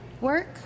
Work